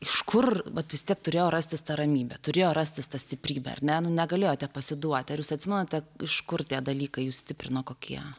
iš kur vat vis tiek turėjo rastis ta ramybė turėjo rastis ta stiprybė nu negalėjote pasiduoti ar jūs atsimenate iš kur tie dalykai jus stiprino kokie